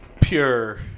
pure